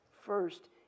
First